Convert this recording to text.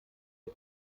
der